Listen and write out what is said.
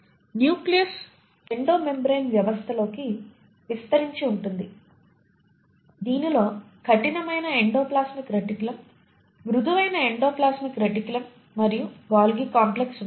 nucleus endo membrane వ్యవస్థలోకి విస్తరించి ఉంటుంది దీనిలో కఠినమైన ఎండోప్లాస్మిక్ రెటిక్యులం మృదువైన ఎండోప్లాస్మిక్ రెటిక్యులం మరియు గొల్గి కాంప్లెక్స్ ఉంటాయి